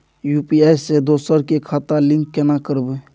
UPI से दोसर के खाता लिंक केना करबे?